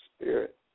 spirit